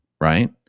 right